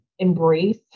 embrace